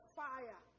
fire